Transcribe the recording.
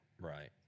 right